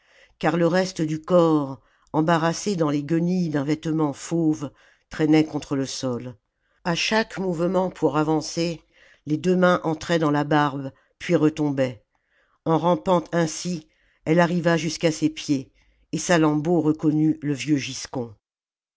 car le reste du corps embarrassé dans les guenilles d'un vêtement fauve traînait contre le sol à chaque mouvement pour avancer les deux mains entraient dans la barbe puis retombaient en rampant ainsi elle arriva jusqu'à ses pieds et salammbô reconnut le vieux giscon